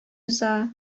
уза